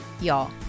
y'all